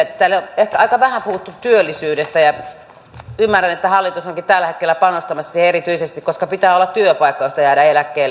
täällä on ehkä aika vähän puhuttu työllisyydestä ja ymmärrän että hallitus onkin tällä hetkellä panostamassa siihen erityisesti koska pitää olla työpaikka josta jäädä eläkkeelle